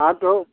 हाँ तो